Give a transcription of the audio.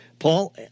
Paul